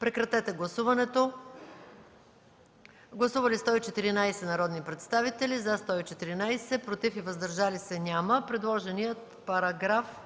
който става § 18. Гласували 114 народни представители: за 114, против и въздържали се няма. Предложенията параграф